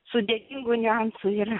sudėtingų niuansų yra